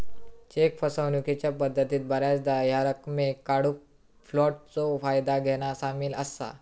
check फसवणूकीच्या पद्धतीत बऱ्याचदा ह्या रकमेक काढूक फ्लोटचा फायदा घेना सामील असा